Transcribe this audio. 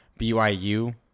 byu